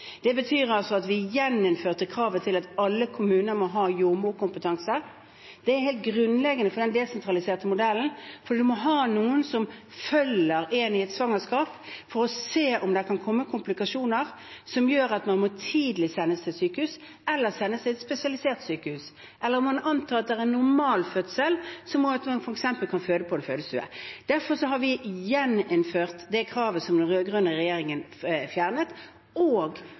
Det betyr altså at vi gjeninnførte kravet om at alle kommuner må ha jordmorkompetanse. Det er helt grunnleggende for den desentraliserte modellen. Man må ha noen som følger en i et svangerskap, for å se om det kan bli komplikasjoner som gjør at man tidlig må sendes til sykehus eller til et spesialisert sykehus, eller om man antar at det vil kunne bli en normal fødsel, som kan avgjøre at man kan føde på en fødestue. Derfor har vi gjeninnført det kravet som den rød-grønne regjeringen fjernet. Det er en stor og